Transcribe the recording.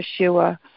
Yeshua